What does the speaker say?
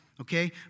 Okay